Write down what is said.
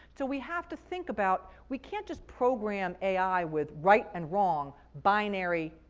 so we have to think about we can't just program ai with right and wrong, binary,